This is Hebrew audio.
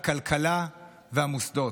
הכלכלה והמוסדות.